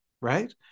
right